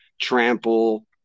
trample